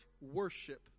worship